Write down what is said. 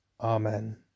Amen